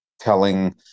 telling